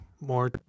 more